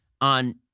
on